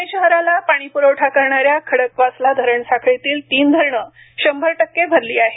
पुणे शहराला पाणीपुरवठा करणाऱ्या खडकवासला धरण साखळीतील तीन धरणे शंभर टक्के भरली आहेत